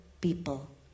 people